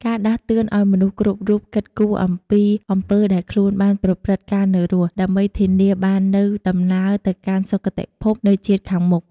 ការដាស់តឿនឱ្យមនុស្សគ្រប់រូបគិតគូរអំពីអំពើដែលខ្លួនបានប្រព្រឹត្តកាលនៅរស់ ដើម្បីធានាបាននូវដំណើរទៅកាន់សុគតិភពនៅជាតិខាងមុខ។